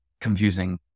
confusing